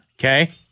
okay